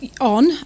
on